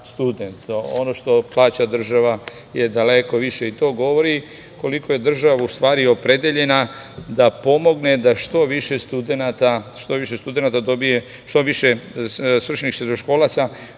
student. Ono što plaća država je daleko više. To govori koliko je država u stvari opredeljena da pomogne da što više svršenih srednjoškolaca